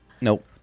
Nope